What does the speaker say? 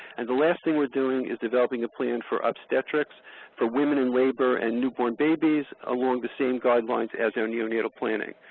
and the last thing we're doing is developing a plan for obstetrics for women in labor and newborn babies ah the same guidelines as our neonatal planning.